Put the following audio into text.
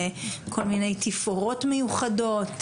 כל מיני תפאורות מיוחדות,